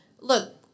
look